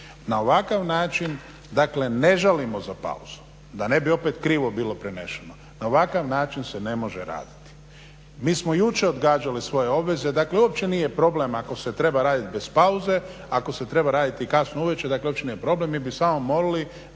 Na ovakav način dakle ne žalimo za pauzom, da ne bi opet krivo bilo preneseno, na ovakav način se ne može raditi. Mi smo jučer odgađali svoje obveze, dakle uopće nije problem ako se treba raditi bez pauze, ako se treba raditi i kasno uvečer dakle uopće nije problem, mi bi samo molili